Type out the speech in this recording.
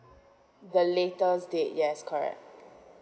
the latest date yes correct